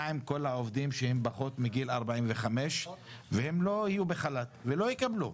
עם כל העובדים שהם פחות מגיל 45 והם לא יהיו בחל"ת ולא יקבלו.